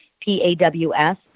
P-A-W-S